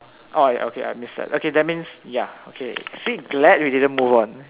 ah okay I missed that okay that means ya okay see glad we didn't move on